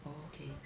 orh okay